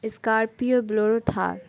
scorpio bolero Thar